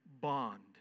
bond